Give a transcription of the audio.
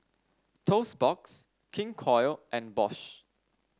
Toast Box King Koil and Bosch